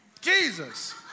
Jesus